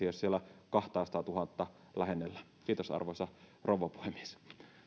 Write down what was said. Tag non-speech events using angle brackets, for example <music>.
<unintelligible> jos siellä kahtasataatuhatta lähennellään kiitos arvoisa rouva puhemies